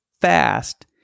fast